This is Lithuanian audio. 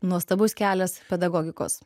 nuostabus kelias pedagogikos